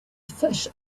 fish